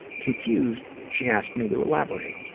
confused, she asked me to elaborate.